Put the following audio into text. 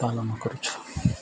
ପାଳନ କରୁଛୁ